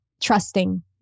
trusting